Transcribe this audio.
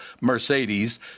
Mercedes